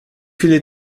viele